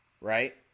Right